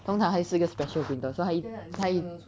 通常还是一个 special printer so 它一它一